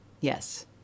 Yes